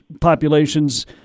populations